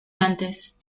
antes